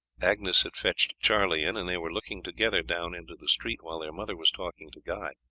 agnes had fetched charlie in, and they were looking together down into the street while their mother was talking to guy.